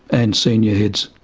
and senior heads.